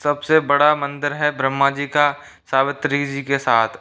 सबसे बड़ा मंदिर है ब्रह्मा जी का सावित्री जी के साथ